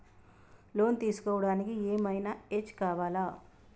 Loan తీస్కోవడానికి ఏం ఐనా ఏజ్ కావాలా?